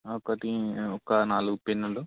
ఒకటి ఒక నాలుగు పెన్నులు